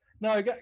No